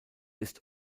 ist